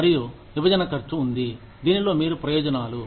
మరియు విభజన ఖర్చు ఉంది దీనిలో మీరు ప్రయోజనాలు